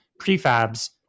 prefabs